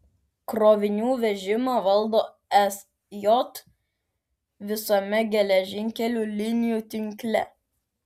krovinių vežimą valdo sj visame geležinkelių linijų tinkle